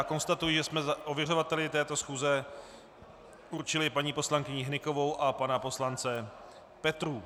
Konstatuji, že jsme ověřovateli této schůze určili paní poslankyni Hnykovou a pana poslance Petrů.